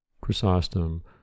Chrysostom